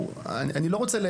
אני לא רוצה,